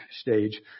stage